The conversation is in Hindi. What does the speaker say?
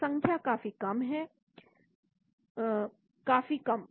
तो संख्या काफी कम है काफी कम